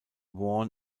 worn